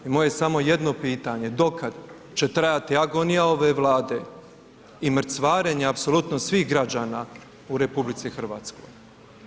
Moje je samo jedno pitanje, do kad će trajati agonija ove Vlade i mrcvarenja apsolutno svih građana u RH?